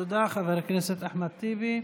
תודה, חבר הכנסת טיבי.